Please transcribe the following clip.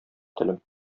телем